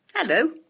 Hello